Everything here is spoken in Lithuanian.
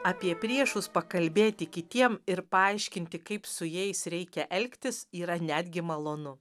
apie priešus pakalbėti kitiem ir paaiškinti kaip su jais reikia elgtis yra netgi malonu